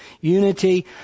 unity